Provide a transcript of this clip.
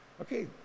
Okay